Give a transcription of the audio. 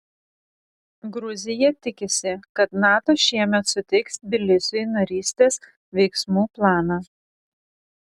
gruzija tikisi kad nato šiemet suteiks tbilisiui narystės veiksmų planą